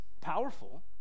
powerful